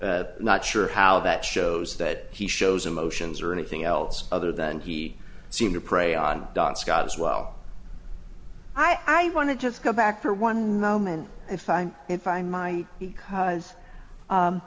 so not sure how that shows that he shows emotions or anything else other than he seemed to prey on don scott as well i want to just go back for one moment if i'm if i my because